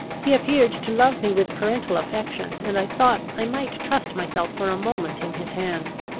he appeared to love me with parental affection, and i thought i might trust myself for a moment in his hands.